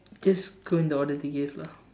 just go in the order they give lah